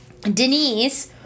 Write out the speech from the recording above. Denise